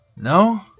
No